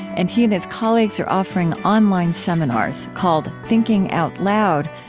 and he and his colleagues are offering online seminars, called thinking out loud,